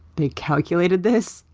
they calculated this.